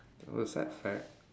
oh it's